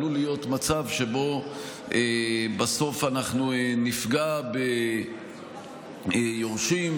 עלול להיות מצב שבו בסוף אנחנו נפגע ביורשים,